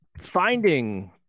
finding